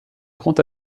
grand